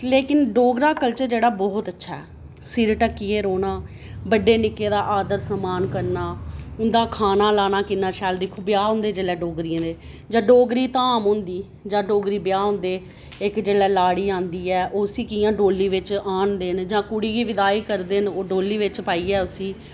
लेकिन डोगरा कल्चर जेह्ड़ा बहुत अच्छा ऐ सिर टक्कियै रौह्ना बड्डे निक्के दा आदर सम्मान करना उं'दा खाना लाना कि'न्ना शैल दिक्खो ब्याह् होंदे जेल्लै डोगरियें दे जां डोगरी धाम होंदी जां डोगरी ब्याह् होंदे इक जेल्लै लाड़ी आंदी ऐ उसी कि'यां डोली बिच्च आहनदे न कुड़ी गी विदाई करदे न ओह् डोली बिच्च पाइयै उसी